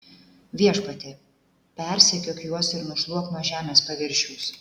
viešpatie persekiok juos ir nušluok nuo žemės paviršiaus